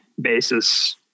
basis